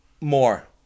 more